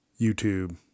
YouTube